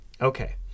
Okay